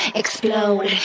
explode